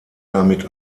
damit